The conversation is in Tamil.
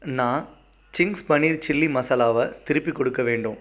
நான் சிங்க்ஸ் பனீர் சில்லி மசாலாவை திருப்பிக் கொடுக்க வேண்டும்